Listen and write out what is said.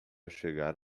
chegar